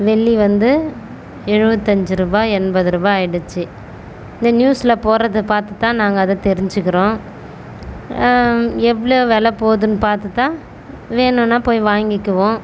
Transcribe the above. வெள்ளி வந்து எழுபத்தஞ்சி ரூபாய் எண்பது ரூபாய் ஆகிடுச்சி இந்த நியூஸில் போடுறத பார்த்து தான் நாங்கள் அதை தெரிஞ்சுக்கிறோம் எவ்வளோ வெலை போகுதுன்னு பார்த்து தான் வேணுன்னால் போய் வாங்கிக்குவோம்